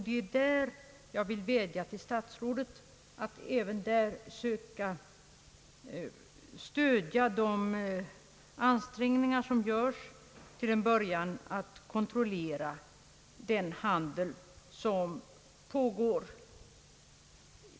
Det är där jag vill vädja till statsrådet att stödja de ansträngningar som görs att kontrollera vapenhandeln.